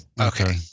Okay